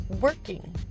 working